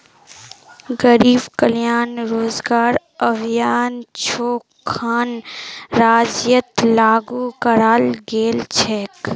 गरीब कल्याण रोजगार अभियान छो खन राज्यत लागू कराल गेल छेक